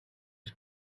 its